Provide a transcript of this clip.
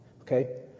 okay